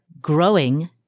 growing